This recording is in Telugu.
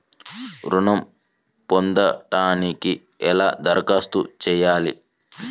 ఋణం పొందటానికి ఎలా దరఖాస్తు చేయాలి?